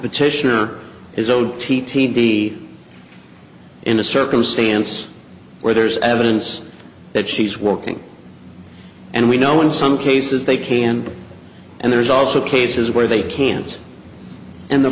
petitioner is owed t t d in a circumstance where there's evidence that she's working and we know in some cases they can and there's also cases where they can't and the